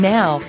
Now